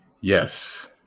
Yes